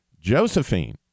Josephine